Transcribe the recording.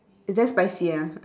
is damn spicy ah